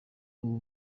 ubu